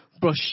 brush